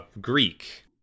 Greek